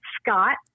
Scott